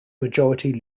majority